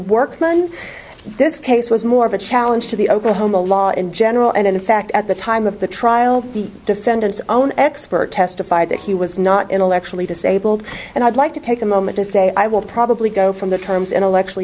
on this case was more of a challenge to the oklahoma law in general and in fact at the time of the trial the defendant's own expert testified that he was not intellectually disabled and i'd like to take a moment to say i will probably go from the terms intellectually